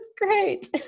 great